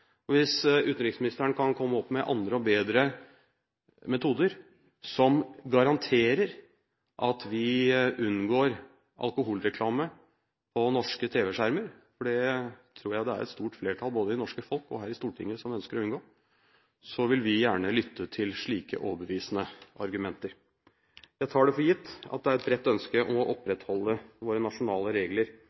Hvis utenriksministeren kan komme opp med andre og bedre metoder som garanterer at vi unngår alkoholreklame på norske tv-skjermer – for det tror jeg et stort flertall, både i det norske folk og her i salen, ønsker å unngå – så vil vi gjerne lytte til slike overbevisende argumenter. Jeg tar det for gitt at det er et bredt ønske om å opprettholde våre nasjonale regler,